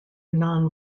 non